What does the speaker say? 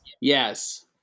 Yes